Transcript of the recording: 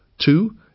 two